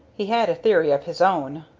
he had a theory of his own,